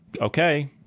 Okay